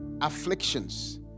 afflictions